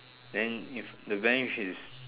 then if the bench is